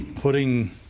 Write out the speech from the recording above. putting